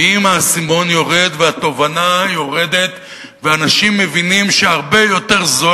ואם האסימון יורד והתובנה יורדת ואנשים מבינים שהרבה יותר זול,